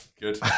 Good